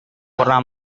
pernah